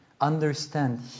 Understand